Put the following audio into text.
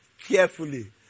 carefully